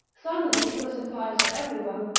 suddenly, to the surprise of every one,